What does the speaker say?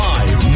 Live